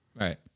Right